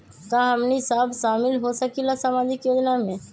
का हमनी साब शामिल होसकीला सामाजिक योजना मे?